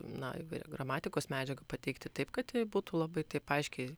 na ir gramatikos medžiagą pateikti taip kad ji būtų labai taip aiškiai